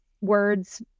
words